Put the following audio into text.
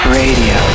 radio